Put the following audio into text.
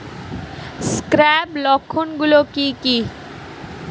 Scab লক্ষণ গুলো কি কি?